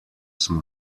smo